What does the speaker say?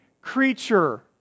creature